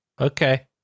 okay